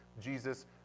Jesus